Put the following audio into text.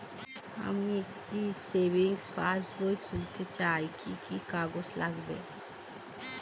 আমি একটি সেভিংস পাসবই খুলতে চাই কি কি কাগজ লাগবে?